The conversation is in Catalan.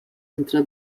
entre